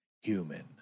human